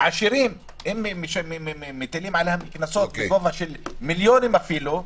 העשירים מטילים עליהם קנסות בגובה של מיליונים אפילו,